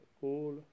cool